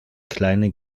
kleine